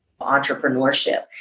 entrepreneurship